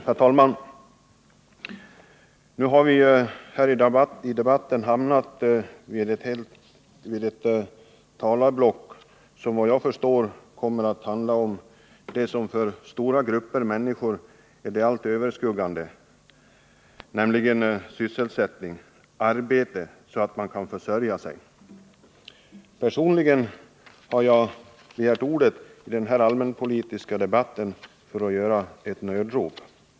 Herr talman! Nu har vi ju här i debatten hamnat i ett talarblock som, såvitt jag förstår, kommer att behandla vad som för stora grupper är det allt överskuggande problemet, nämligen sysselsättningen, arbetet så att man kan försörja sig. Personligen har jag begärt ordet i den här allmänpolitiska debatten för att komma med ett nödrop.